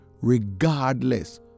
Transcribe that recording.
regardless